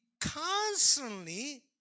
constantly